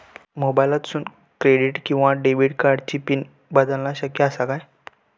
मोबाईलातसून क्रेडिट किवा डेबिट कार्डची पिन बदलना शक्य आसा काय?